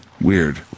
Weird